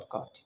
God